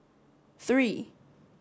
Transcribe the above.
three